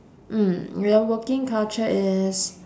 mm then working culture is